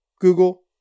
Google